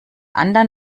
anderen